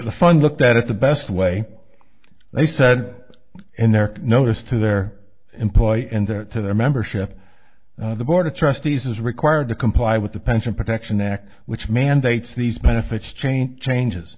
the fund looked at it the best way they said in their notice to their employer and to their membership the board of trustees is required to comply with the pension protection act which mandates these benefits chain changes